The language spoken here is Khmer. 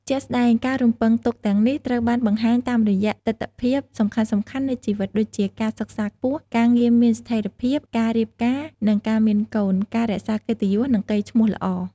ជាក់ស្ដែង ការរំពឹងទុកទាំងនេះត្រូវបានបង្ហាញតាមរយៈទិដ្ឋភាពសំខាន់ៗនៃជីវិតដូចជា ការសិក្សាខ្ពស់ ការងារមានស្ថិរភាព ការរៀបការ និងការមានកូន ការរក្សាកិត្តិយស និងកេរ្តិ៍ឈ្មោះល្អ។